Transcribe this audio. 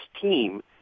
team